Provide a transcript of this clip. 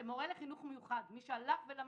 מורה לחינוך מיוחד הלך ולמד,